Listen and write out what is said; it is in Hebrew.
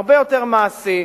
הרבה יותר מעשי.